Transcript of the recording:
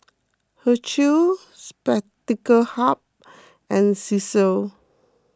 Herschel Spectacle Hut and Cesar